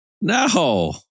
No